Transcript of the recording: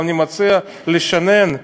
אבל אני מציע לשנן ולראות,